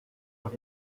los